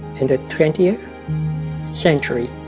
in the twentieth century